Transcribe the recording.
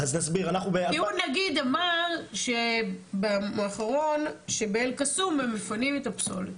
כי הוא נגיד אמר, שבאל-קסום הם מפנים את הפסולת.